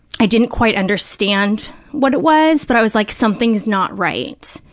i didn't quite understand what it was, but i was like, something's not right.